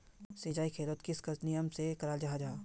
सिंचाई खेतोक किस नियम से कराल जाहा जाहा?